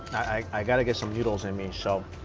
i got to get some noodles in me. so